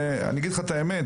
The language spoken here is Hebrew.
אני אגיד לך את האמת,